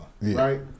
right